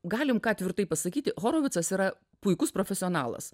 galim tvirtai pasakyti horovicas yra puikus profesionalas